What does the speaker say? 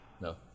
No